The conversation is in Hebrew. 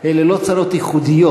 אלה לא צרות ייחודיות.